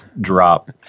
drop